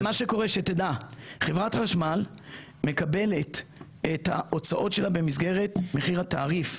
שתדע שחברת חשמל מקבלת את ההוצאות שלה במסגרת מחיר התעריף.